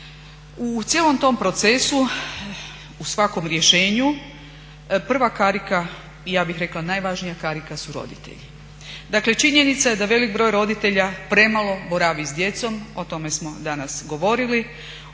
U cijelom tom procesu u svakom rješenju prva karika i ja bih rekla najvažnija karika su roditelji. Dakle činjenica je da velik broj roditelja premalo boravi s djecom, o tome smo danas govorili.